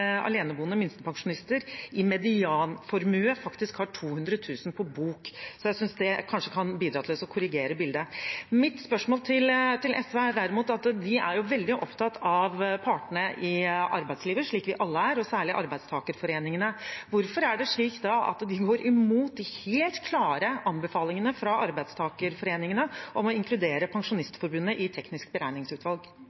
aleneboende minstepensjonister i medianformue faktisk har 200 000 kr på bok. Jeg synes det kanskje kan bidra til å korrigere bildet. SV er jo veldig opptatt av partene i arbeidslivet, slik vi alle er, og særlig arbeidstakerforeningene. Mitt spørsmål til SV er: Hvorfor er det da slik at de går imot de helt klare anbefalingene fra arbeidstakerforeningene når det gjelder å inkludere